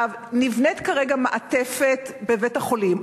נבנית כרגע מעטפת בבית-החולים.